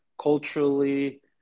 culturally